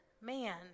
man